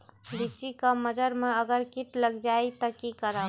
लिचि क मजर म अगर किट लग जाई त की करब?